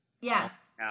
Yes